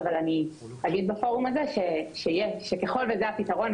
אבל אני אגיד בפורום הזה שככל שזה הפתרון,